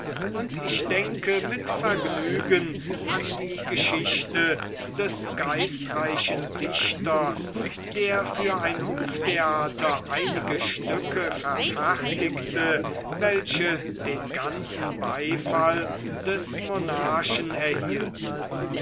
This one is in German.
und ich denke mit vergnügen an die geschichte des geistreichen dichters der für ein hoftheater einige stücke verfertigte welche den ganzen beifall des monarchen erhielten